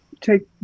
Take